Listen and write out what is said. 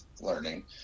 learning